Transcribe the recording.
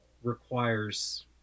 requires